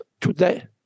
today